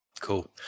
Cool